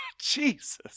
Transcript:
Jesus